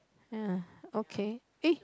ya okay ee